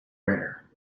rare